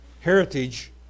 heritage